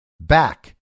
Back